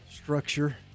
structure